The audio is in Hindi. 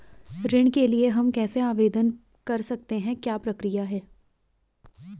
ऋण के लिए हम कैसे आवेदन कर सकते हैं क्या प्रक्रिया है?